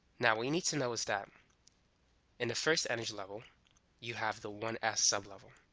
now we need to know is that in the first energy level you have the one s sublevel